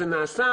זה נעשה,